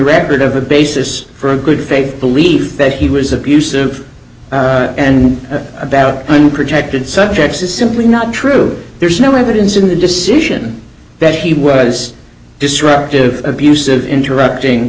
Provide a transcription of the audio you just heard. record of a basis for a good faith belief that he was abusive and about unprotected sex is simply not true there's no evidence in the decision that he was disruptive abusive interrupting